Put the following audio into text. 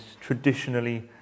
traditionally